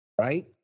right